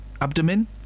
Abdomen